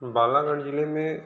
बालाघाट जिले में